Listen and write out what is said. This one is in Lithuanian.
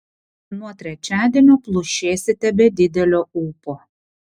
nuo trečiadienio plušėsite be didelio ūpo